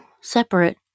separate